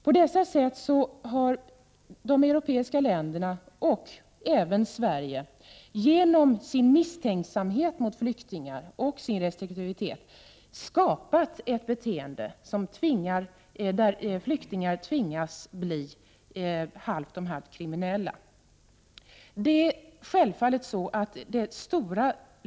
På detta sätt har de europeiska länderna, även Sverige, genom sin misstänksamhet och sin restriktivitet mot flyktingar skapat ett beteende som innebär att flyktingar halvt om halvt tvingas bli kriminella.